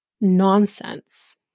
nonsense